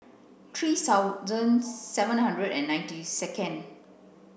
three thousand seven hundred and ninety second